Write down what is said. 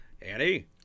Annie